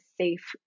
safe